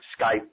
Skype